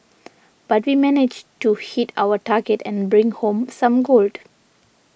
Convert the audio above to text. but we managed to hit our target and bring home some gold